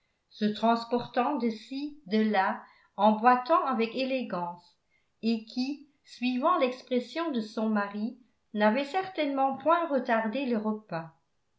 se transportant de ci de là en boitant avec élégance et qui suivant l'expression de son mari navait certainement point retardé les repas